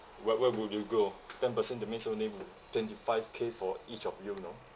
where where would you go ten-per cent that means only mm twenty five K for each of you you know